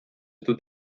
dut